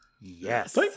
Yes